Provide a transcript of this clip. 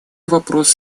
вопрос